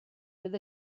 fydd